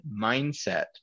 mindset